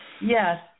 yes